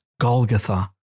Golgotha